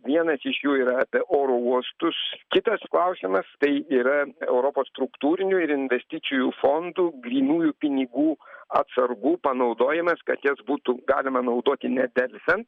vienas iš jų yra apie oro uostus kitas klausimas tai yra europos struktūrinių ir investicijų fondų grynųjų pinigų atsargų panaudojimas kad jas būtų galima naudoti nedelsiant